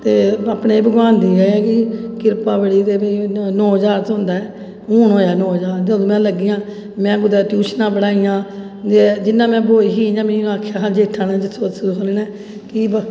ते अपने भगवान दी एह् ऐ कि किरपा बड़ी ऐ कि मिगी नौ ज्हार थ्होंदा ऐ ते हून होआ नौ ज्हार जदूं दी में लग्गी आं ते में कुदै ट्यूशनां पढ़ाइयां ते जि'यां में ब्होई ही इ'यां गै मिगी आक्खेआ हा जेठा ने सस्सू ने कि